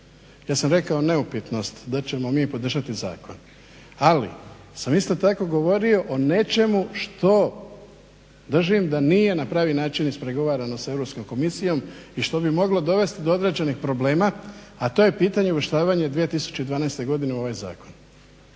Ja sam rekao neupitnost da ćemo mi podržati zakon, ali sam isto tako govorio o nečemu što držim da nije na pravi način ispregovarano s Europskom komisijom i što bi moglo dovesti do određenih problema, a to je pitanje uvrštavanje 2012.godine u ovaj zakon,